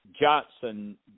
Johnson